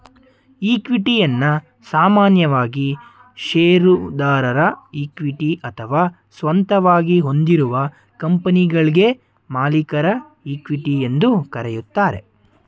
ಇಕ್ವಿಟಿಯನ್ನ ಸಾಮಾನ್ಯವಾಗಿ ಶೇರುದಾರರ ಇಕ್ವಿಟಿ ಅಥವಾ ಸ್ವಂತವಾಗಿ ಹೊಂದಿರುವ ಕಂಪನಿಗಳ್ಗೆ ಮಾಲೀಕರ ಇಕ್ವಿಟಿ ಎಂದು ಕರೆಯುತ್ತಾರೆ